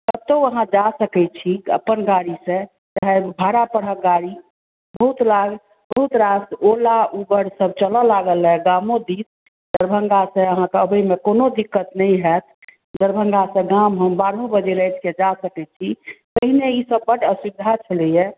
कतौ अहाँ जा सकै छी अपन गाड़ी सॅं आओर भाड़ा परहक गाड़ी बहुत रास ओला उबर सब चलय लागल अछि गामो दिस दरभंगा सं अहाँके अबै मे कोनो दिक्कत नहि होयत दरभंगा सॅं गाम हम बारहो बजे राति कय हम जा सकै छी एहि एहि सबहक असुविधा छलैया